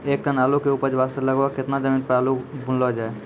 एक टन आलू के उपज वास्ते लगभग केतना जमीन पर आलू बुनलो जाय?